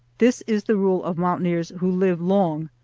this is the rule of mountaineers who live long,